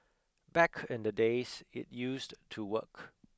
back in the days it used to work